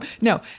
No